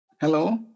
Hello